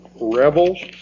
rebels